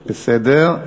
בסדר.